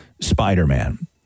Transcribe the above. Spider-Man